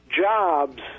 jobs